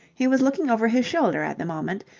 he was looking over his shoulder at the moment,